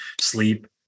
sleep